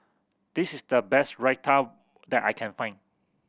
this is the best Raita that I can find